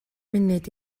munud